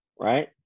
right